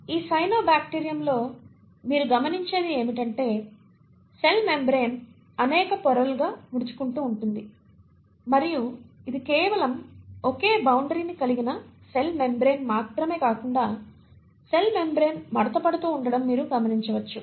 ఈ సైనోబాక్టీరియంలో మీరు గమనించేది ఏమిటంటే సెల్ మెంబ్రేన్ అనేక పొరలుగా ముడుచుకుంటూ ఉంటుంది మరియు ఇది కేవలం ఒకే బౌండరీ కలిగిన సెల్ మెంబ్రేన్ మాత్రమే కాకుండా సెల్ మెంబ్రేన్ మడతపడుతూ ఉండడం మీరు గమనించవచ్చు